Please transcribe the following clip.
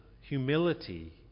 humility